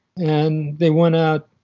and they went out